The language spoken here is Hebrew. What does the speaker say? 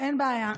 אין בעיה.